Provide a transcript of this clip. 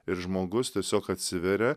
ir žmogus tiesiog atsiveria